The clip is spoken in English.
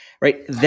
right